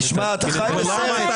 תשמע, אתה חי בסרט.